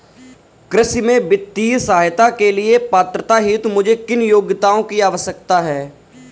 कृषि में वित्तीय सहायता के लिए पात्रता हेतु मुझे किन योग्यताओं की आवश्यकता है?